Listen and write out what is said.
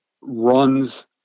runs